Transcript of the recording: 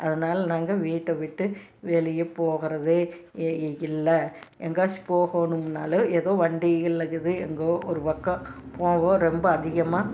அதனால் நாங்கள் வீட்டை விட்டு வெளியே போகிறதே இல்லை எங்காச்சும் போகோணம்னாலும் ஏதோ வண்டிகள் இருக்குது எங்கோ ஒரு பக்கம் போவோம் ரொம்ப அதிகமாக